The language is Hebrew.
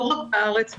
לא רק בארץ,